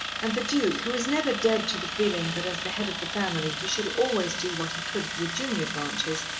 and the duke, who was never dead to the feeling that as the head of the family he should always do what he could for the junior branches,